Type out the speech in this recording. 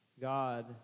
God